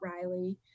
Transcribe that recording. Riley